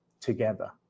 together